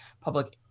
public